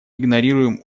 игнорируем